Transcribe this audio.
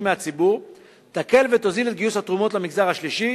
מהציבור תקל ותוזיל את גיוס התרומות למגזר השלישי,